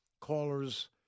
Callers